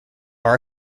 are